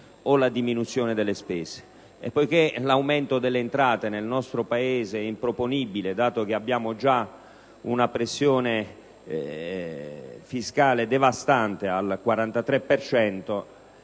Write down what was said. o la diminuzione delle spese. Poiché l'aumento delle entrate nel nostro Paese è improponibile dato che abbiamo già una pressione fiscale devastante al 43